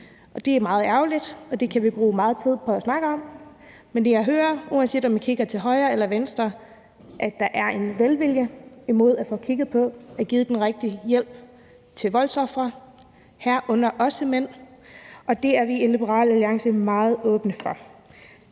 Det er meget ærgerligt, og det kan vi bruge meget tid på at snakke om, men jeg hører, uanset om man kigger til højre eller til venstre, at der er en velvilje over for at få kigget på at få givet den rigtige hjælp til voldsofre, herunder også mænd, og det er vi i Liberal Alliance meget åbne for.